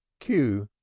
q!